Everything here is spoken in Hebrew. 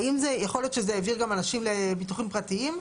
האם זה יכול להיות שזה העביר גם אנשים לביטוחים פרטיים?